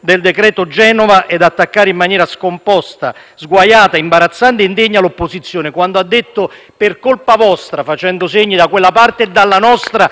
del decreto Genova e ad attaccare in maniera scomposta, sguaiata, imbarazzante e indegna l'opposizione quando ha detto: «per colpa vostra», facendo segno da quella parte e dalla nostra,